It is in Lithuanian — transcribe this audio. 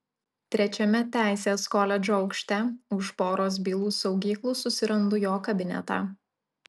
trečiame teisės koledžo aukšte už poros bylų saugyklų susirandu jo kabinetą